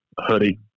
hoodie